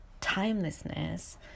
timelessness